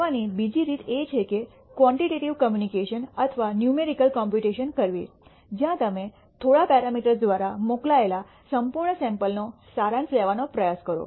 કરવાની બીજી રીત એ છે કે ક્વાન્ટિટેટિવ કોમ્પ્યુટેશન અથવા નૂમેરિકલ કોમ્પ્યુટેશન કરવી જ્યાં તમે થોડા પેરામીટર્સ દ્વારા મોકલાયેલા સંપૂર્ણ સૈમ્પલનો સારાંશ લેવાનો પ્રયાસ કરો